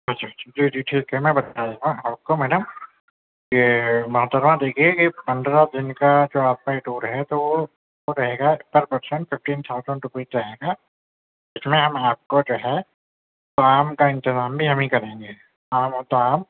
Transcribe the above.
جی جی ٹھیک ہے میں بتا دیتا ہوں آپ کو میڈم یہ محترمہ دیکھیے یہ پندرہ دن کا جو آپ کا یہ ٹور ہے تو وہ وہ رہے گا per person fifteen thousand rupees رہے گا اس میں ہم آپ کو جو ہے طعام کا انتظام بھی ہم ہی کریں گے قیام و طعام